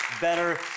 better